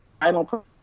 final